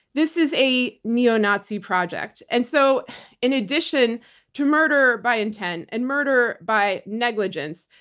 this is a neo-nazi project. and so in addition to murder by intent and murder by negligence,